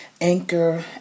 Anchor